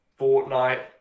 Fortnite